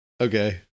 Okay